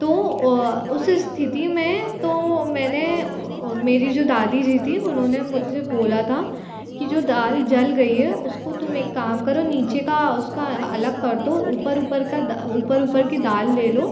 तो उस स्थिति में तो मैंने मेरी जो दादी जी थी उन्होंने मुझसे बोला था कि जो दाल जल गई है उसको तुम एक काम करो नीचे का उसका अलग कर दो ऊपर ऊपर का ऊपर ऊपर की दाल ले लो